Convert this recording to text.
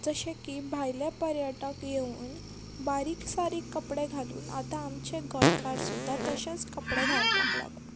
जशें की भायले पर्यटक येवन बारीक सारीक कपडे घालून आचां आमचे गोंयकार सुद्दां तशेंच कपडे घालपाक लागल्या